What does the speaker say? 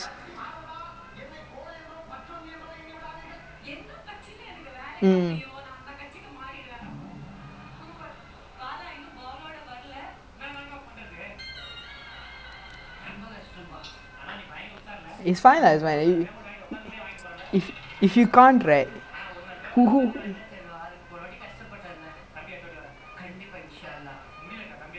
ya like I mean பாக்கலாம்:paakkalaam lah because like இப்ப:ippa twelve o'clock meet பண்ணுனா:pannunaa eat until like two o'clock then go his house until like um I don't know maybe like five or six then can leave and come like if you don't come and I sanjeev okay we see tomorrow like நா வந்து நாளைக்கு அந்த:naa vanthu naalaikku antha uncles கேக்குறேன்:kaekkuraen because like you know the uncles come they are more fun lah if it's just us then like not that fun